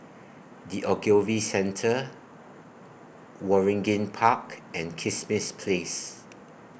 The Ogilvy Centre Waringin Park and Kismis Place